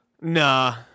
Nah